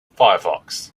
firefox